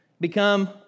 become